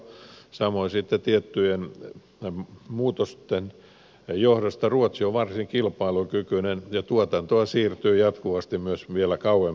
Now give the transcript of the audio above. naapurimaa viro samoin sitten tiettyjen muutosten johdosta ruotsi on varsin kilpailukykyinen ja tuotantoa siirtyy jatkuvasti myös vielä kauempiin maihin